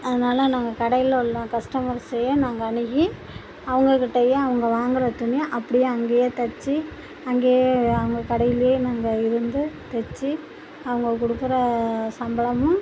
அதனால் நாங்கள் கடையில் உள்ளே கஸ்டமர்ஸயே நாங்கள் அணுகி அவங்கக்கிட்டயே அவங்க வாங்குகிற துணி அப்படியே அங்கேயே தைச்சி அங்கேயே அவங்க கடையிலே நாங்கள் இருந்து தைச்சி அவங்க கொடுக்குற சம்பளமும்